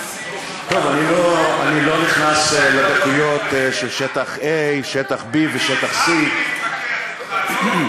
אני לא נכנס לדקויות של שטחA , שטח B ושטח C. אני